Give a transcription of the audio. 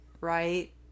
right